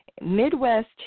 Midwest